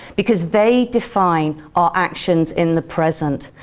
because they define our actions in the present.